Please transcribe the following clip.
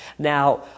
Now